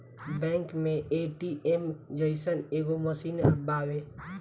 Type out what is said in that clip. bank मे ATM जइसन एगो मशीन बावे